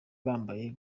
bambaye